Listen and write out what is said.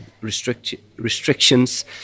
restrictions